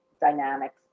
dynamics